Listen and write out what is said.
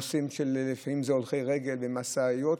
הולכי רגל, משאיות.